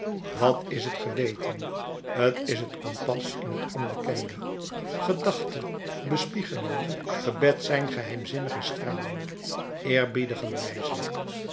wat is het geweten t is het kompas in het onbekende gedachte bespiegeling gebed zijn geheimzinnige stralen